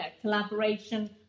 collaboration